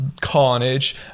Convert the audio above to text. carnage